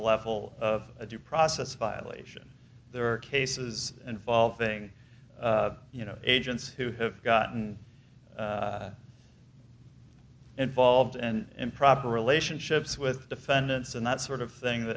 the level of a due process violation there are cases involving you know agents who have gotten involved and improper relationships with defendants and that sort of thing